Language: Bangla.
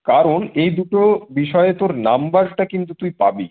কারণ এই দুটো বিষয়ে তোর নম্বরটা কিন্তু তুই পাবি